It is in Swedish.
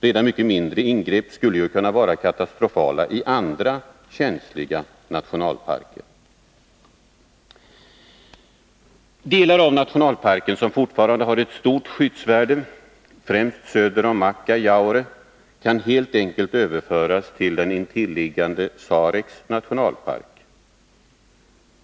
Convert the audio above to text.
Redan mycket mindre ingrepp skulle ju kunna vara katastrofala i andra känsliga nationalparker. Delar av nationalparken som fortfarande har ett stort skyddsvärde, främst söder om Akkajaure, kan helt enkelt överföras till den intilliggande Sareks nationalpark.